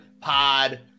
pod